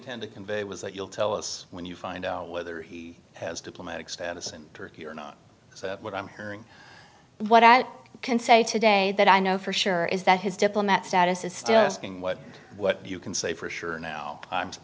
intend to convey was that you'll tell us when you find out whether he has diplomatic status in turkey or not so what i'm hearing what i can say today that i know for sure is that his diplomat status is still asking what what you can say for sure now i'm